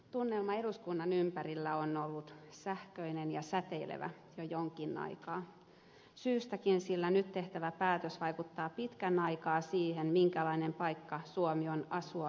tunnelma eduskunnan ympärillä on ollut sähköinen ja säteilevä jo jonkin aikaa syystäkin sillä nyt tehtävä päätös vaikuttaa pitkän aikaa siihen minkälainen paikka suomi on asua ja elää